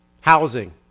housing